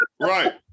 right